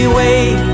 wait